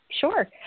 sure